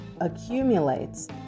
accumulates